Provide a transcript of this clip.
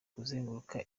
kuzenguruka